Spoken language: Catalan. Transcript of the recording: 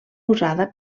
usada